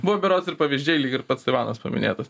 buvo berods ir pavyzdžiai lyg ir pats taivanas paminėtas